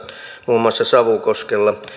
muun muassa savukoskella